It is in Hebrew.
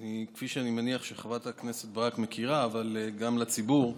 אני מניח שחברת הכנסת ברק מכירה, אבל גם לציבור: